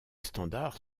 standards